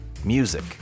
Music